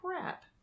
crap